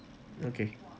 okay